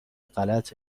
غلط